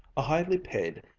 a highly paid,